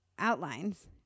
outlines